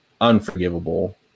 unforgivable